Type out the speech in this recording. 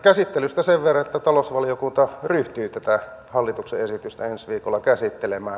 käsittelystä sen verran että talousvaliokunta ryhtyy tätä hallituksen esitystä ensi viikolla käsittelemään